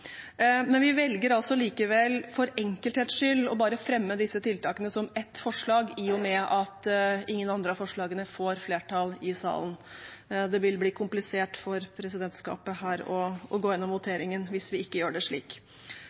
men vi velger altså likevel for enkelhets skyld å fremme disse tiltakene som bare ett forslag, i og med at ingen av de andre forslagene får flertall i salen. Det vil bli komplisert for presidentskapet å gå igjennom voteringen hvis vi ikke gjør det slik.